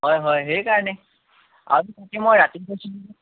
হয় হয় হয় সেইকাৰণে আৰু তাতে মই ৰাতি গৈছিলোঁ যে